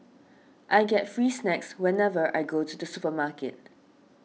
I get free snacks whenever I go to the supermarket